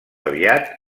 aviat